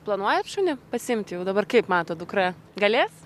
planuojat šunį pasiimti jau dabar kaip matot dukra galės